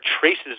traces